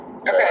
okay